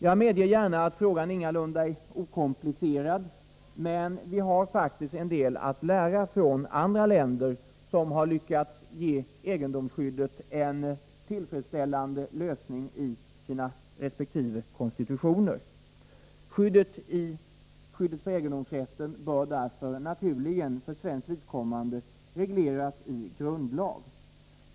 Jag medger gärna att frågan ingalunda är okomplicerad, men Sverige har faktiskt en del att lära av andra länder, som lyckats ge egendomsskyddet en tillfredsställande lösning i sina resp. konstitutioner. Skyddet för egendomsrätten bör naturligen för svenskt vidkommande regleras i grundlag.